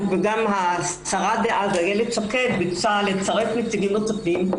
השרה דאז, איילת שקד, ביקשה לצרף נציגים נוספים.